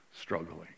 struggling